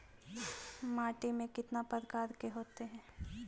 माटी में कितना प्रकार के होते हैं?